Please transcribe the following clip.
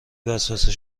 وسوسه